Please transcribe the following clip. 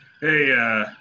hey